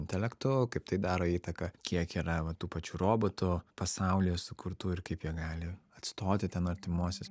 intelektu kaip tai daro įtaką kiek yra va tų pačių robotų pasaulyje sukurtų ir kaip jie gali atstoti ten artimuosius